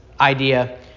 idea